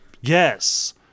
Yes